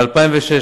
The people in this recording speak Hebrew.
ב-2006,